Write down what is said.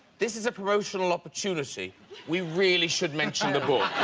this is a promotional opportunity we really should mention the book